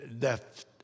left